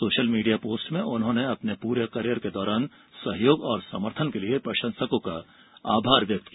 social media post में उन्होंने अपने पूरे करियर के दौरान सहयोग और समर्थन के लिये प्रशंसकों का आभार व्यक्त किया